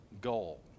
goal